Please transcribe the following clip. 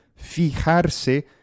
fijarse